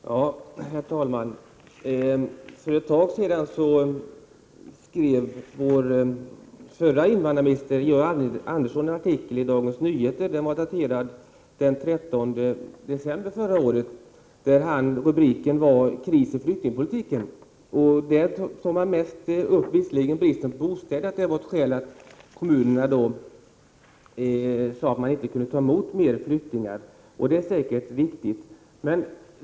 Herr talman! För ett tag sedan skrev vår förre invandrarminister Georg Andersson en artikel i Dagens Nyheter. Artikeln var daterad den 13 december förra året. Rubriken på artikeln löd: Kris i flyktingpolitiken. I artikeln togs främst upp att bristen på bostäder har varit ett skäl till att kommunerna inte kunde ta emot fler flyktingar. Detta är säkert riktigt.